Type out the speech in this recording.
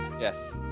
Yes